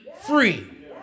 free